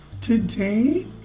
today